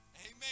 Amen